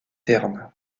ternes